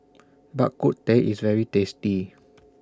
Bak Kut Teh IS very tasty